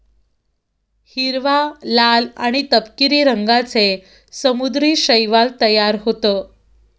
हिरवा, लाल आणि तपकिरी रंगांचे समुद्री शैवाल तयार होतं